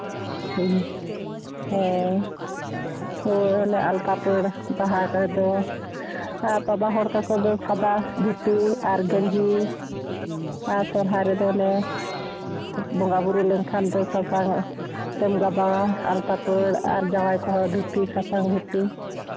ᱦᱮᱸ ᱦᱮᱸ ᱚ ᱚᱱᱮ ᱟᱞᱛᱟᱯᱟᱹᱲ ᱵᱟᱦᱟ ᱠᱚᱨᱮᱫ ᱫᱚ ᱵᱟᱵᱟ ᱦᱚᱲ ᱛᱟᱠᱚ ᱫᱚ ᱥᱟᱫᱟ ᱫᱷᱩᱛᱤ ᱟᱨ ᱜᱮᱸᱡᱤ ᱟᱨ ᱥᱚᱦᱨᱟᱭ ᱨᱮᱫᱚᱞᱮ ᱵᱚᱸᱜᱟᱼᱵᱩᱨᱩ ᱞᱮᱱᱠᱷᱟᱱ ᱫᱚ ᱥᱟᱥᱟᱝ ᱟᱜ ᱥᱟᱥᱟᱝ ᱜᱟᱵᱟ ᱟᱞᱛᱟᱯᱟᱹᱲ ᱟᱨ ᱡᱟᱶᱟᱭ ᱠᱚᱲᱟ ᱫᱷᱩᱛᱤ ᱥᱟᱥᱟᱝ ᱫᱷᱩᱛᱤ